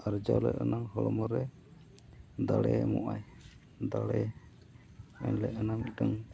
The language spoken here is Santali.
ᱟᱨᱡᱟᱣᱞᱮ ᱮᱱᱟᱝ ᱦᱚᱲᱢᱚᱨᱮ ᱫᱟᱲᱮ ᱮᱢᱚᱜᱼᱟᱭ ᱫᱟᱲᱮ ᱮᱱᱦᱤᱞᱳᱜ ᱮᱱᱟᱝ ᱢᱤᱫᱴᱟᱝ